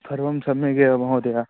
सर्वं सम्यगेव महोदय